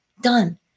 done